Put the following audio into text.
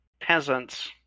peasants